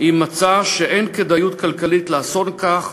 אם מצא שאין כדאיות כלכלית לעשות כך,